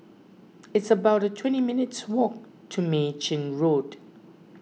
it's about twenty minutes' walk to Mei Chin Road